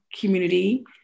community